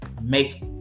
make